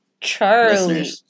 Charlie